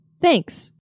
Thanks